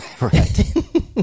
Right